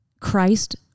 Christ